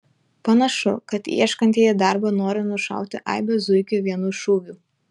panašu kad ieškantieji darbo nori nušauti aibę zuikių vienu šūviu